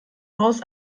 haus